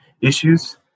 issues